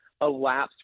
elapsed